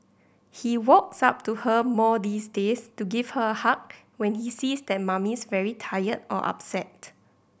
he walks up to her more these days to give her a hug when he sees that Mummy's very tired or upset